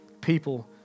people